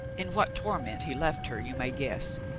in what torment he left her you may guess.